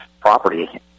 property